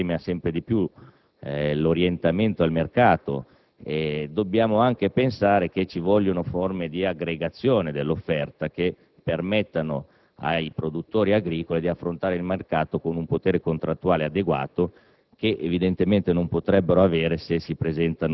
Se bisogna andare verso una politica che premia sempre più l'orientamento del mercato, dobbiamo anche pensare a forme di aggregazione dell'offerta che permettano ai produttori agricoli di affrontare il mercato con un potere contrattuale adeguato,